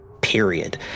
Period